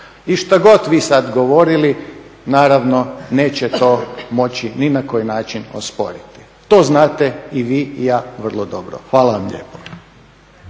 I šta god vi sada govorili naravno neće to moći ni na koji način osporiti. To znate i vi i ja vrlo dobro. Hvala vam lijepo.